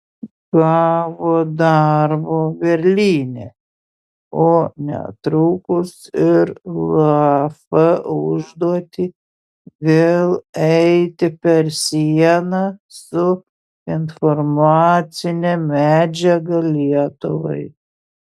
gavo darbo berlyne o netrukus ir laf užduotį vėl eiti per sieną su informacine medžiaga lietuvai